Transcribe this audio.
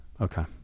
Okay